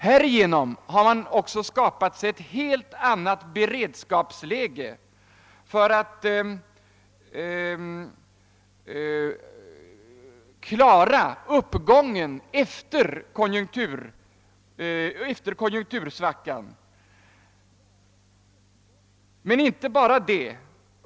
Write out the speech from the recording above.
Härigenom har man också skapat ett helt annat beredskapsläge för att hänga med i uppgången efter konjunktursvackan. Men det är inte bara fråga om detta.